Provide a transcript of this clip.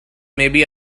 maybe